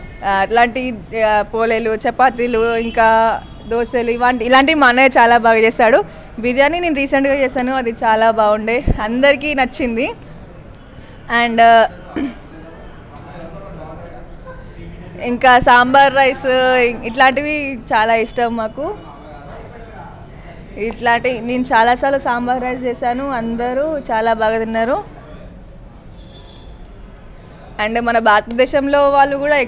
అట్లాంటి పోలేలు చపాతీలు ఇంకా దోసెలు ఇలాంటివి మా అన్నయ్య చాలా బాగా చేస్తాడు బిర్యానీ నేను రీసెంట్గా చేశాను అది చాలా బాగుండే అందరికీ నచ్చింది అండ్ ఇంకా సాంబార్ రైస్ ఇట్లాంటివి చాలా ఇష్టం మాకు ఇట్లాంటివి నేను చాలా సార్లు సాంబార్ రైస్ చేశాను అందరూ చాలా తిన్నారు అండ్ మన భారతదేశంలో వాళ్ళు కూడా